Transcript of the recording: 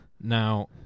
Now